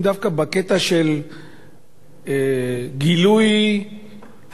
בקטע של גילוי הבנה,